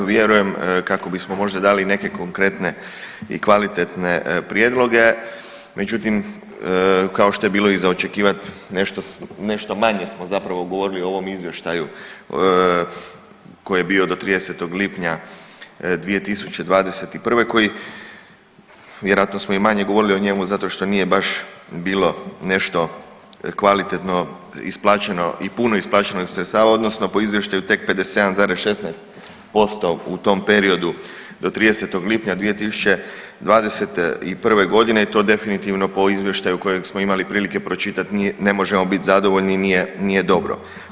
Vjerujem kako bismo možda dali i neke konkretne i kvalitetne prijedloge, međutim, kao što je bilo i za očekivati, nešto manje smo zapravo govorili o ovom Izvještaju koji je bio do 30. lipnja 2021. koji, vjerojatno smo i manje govorili o njemu zato što nije baš bilo nešto kvalitetno isplaćeno i puno isplaćeno nego se … [[Govornik se ne razumije]] odnosno po izvještaju tek 57,16% u tom periodu do 30. lipnja 2021.g. to definitivno po izvještaju kojeg smo imali prilike pročitat ne možemo bit zadovoljni, nije, nije dobro.